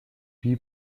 wie